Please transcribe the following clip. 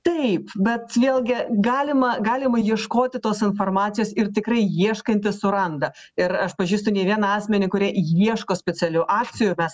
taip bet vėlgi galima galima ieškoti tos informacijos ir tikrai ieškantis suranda ir aš pažįstu ne vieną asmenį kurie ieško specialių akcijų mes